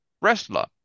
wrestler